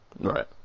right